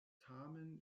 tamen